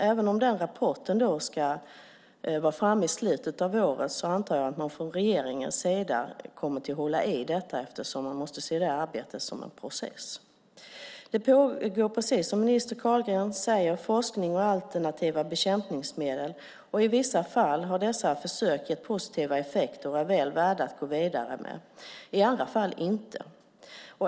Även om rapporten ska vara framme först i slutet av året antar jag att man från regeringens sida kommer att hålla i detta eftersom man måste se arbetet som en process. Det pågår, precis som minister Carlgren säger, forskning om alternativa bekämpningsmedel. I vissa fall har dessa försök gett positiva effekter och är väl värda att gå vidare med, i andra fall inte.